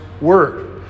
word